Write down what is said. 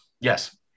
Yes